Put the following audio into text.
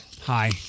Hi